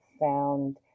found